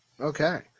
Okay